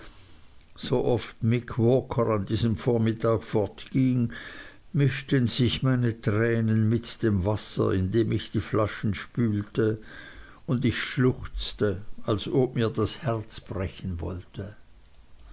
so oft mick walker an diesem vormittag fortging mischten sich meine tränen mit dem wasser in dem ich die flaschen spülte und ich schluchzte als ob mir das herz brechen wollte